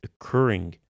occurring